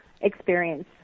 experience